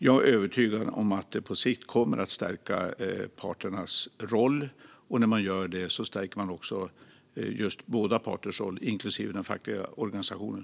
Jag är övertygad om att detta på sikt kommer att stärka parternas roll, och då stärker man just båda parters roll, inklusive den fackliga organisationen.